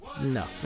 No